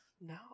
no